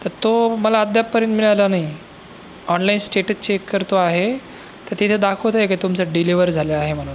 तर तो मला अद्यापपर्यंत मिळाला नाही ऑनलाईन स्टेटस चेक करतो आहे तर तिथे दाखवत आहे की तुमचा डिलिव्हर झाला आहे म्हणून